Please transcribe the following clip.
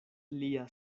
lia